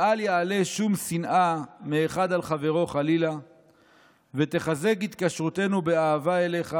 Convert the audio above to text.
ואל יעלה שום שנאה מאחד על חברו חלילה ותחזק התקשרותנו באהבה אליך,